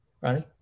Ronnie